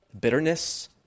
bitterness